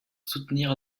soutenir